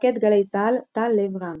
מפקד גלי צה"ל - טל לב רם